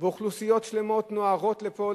אוכלוסיות שלמות נוהרות לפה,